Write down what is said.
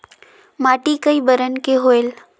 माटी कई बरन के होयल?